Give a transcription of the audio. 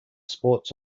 sports